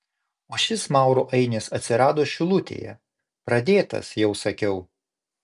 o šis maurų ainis atsirado šilutėje pradėtas jau sakiau